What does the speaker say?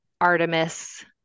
Artemis